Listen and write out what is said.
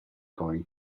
going